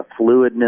fluidness